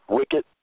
wicked